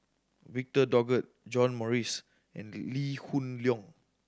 Victor Doggett John Morrice and Lee Hoon Leong